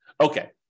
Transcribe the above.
Okay